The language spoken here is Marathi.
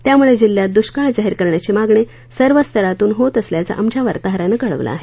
त्यामुळे जिल्ह्यात दुष्काळ जाहीर करण्याची मागणी सर्व स्तरातून होत असल्याच आमच्या वार्ताहरानं कळवलं आहे